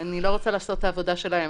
אני לא רוצה לעשות את העבודה שלהם,